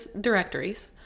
directories